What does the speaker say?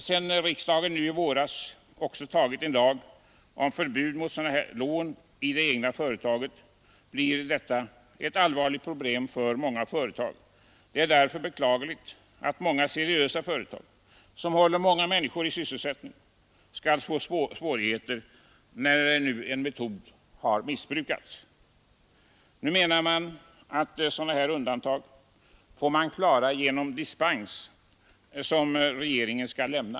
Sedan riksdagen nu i våras också antagit en lag om förbud mot sådana lån i det egna företaget blir detta ett allvarligt problem för många företag. Det är därför beklagligt att åtskilliga seriösa företag, som håller många människor i sysselsättning, skall få svårigheter när nu en metod har missbrukats. Nu menar man att undantag får göras efter dispens från regeringen.